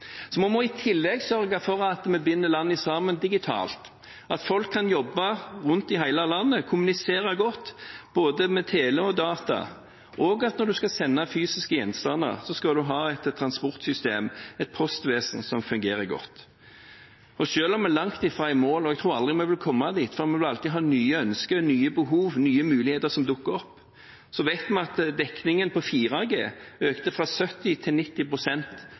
Så må man i tillegg sørge for at vi binder landet sammen digitalt, slik at folk kan jobbe rundt i hele landet, kommunisere godt med både tele og data, og slik at når man skal sende fysiske gjenstander, har et transportsystem, et postvesen som fungerer godt. Selv om man langt fra er i mål, og jeg tror aldri vi vil komme dit, for vi vil alltid ha nye ønsker, nye behov, det er nye muligheter som dukker opp, så vet vi at dekningen på 4G økte fra 70 til